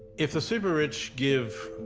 if the super rich give,